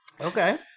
Okay